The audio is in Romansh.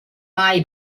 mai